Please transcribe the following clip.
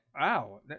Wow